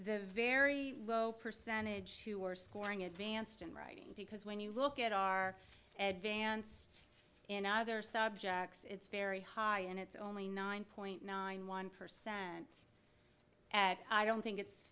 the very low percentage who are scoring advanced in writing because when you look at our advanced in other subjects it's very high and it's only nine point nine one percent at i don't think it's